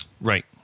Right